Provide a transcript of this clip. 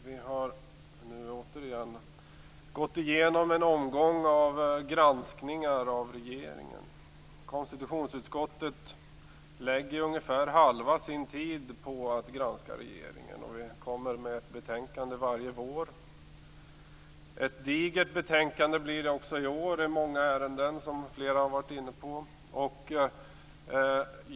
Herr talman! Vi har återigen gått igenom en omgång av granskningar av regeringen. Konstitutionsutskottet lägger ungefär halva sin tid på att granska regeringen. Vi kommer med ett betänkande varje vår. Ett digert betänkande blev det också i år. Det är många ärenden, som flera talare har varit inne på.